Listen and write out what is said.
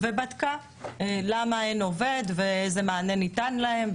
והיא בדקה למה אין עובד ואיזה מענה ניתן להם,